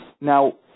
Now